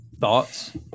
Thoughts